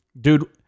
Dude